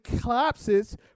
collapses